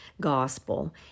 gospel